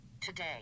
Today